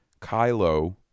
Kylo